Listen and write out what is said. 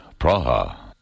Praha